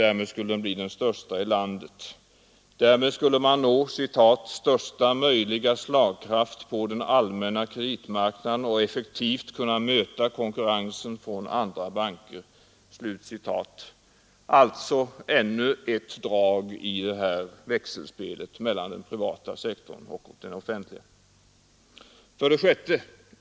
Därmed skulle den bli den största i landet, och man skulle nå ”största möjliga slagkraft på den allmänna kreditmarknaden och effektivt kunna möta konkurrensen från andra banker”. Alltså ännu ett drag i detta ”växelspel” mellan den privata och den offentliga sektorn. 6.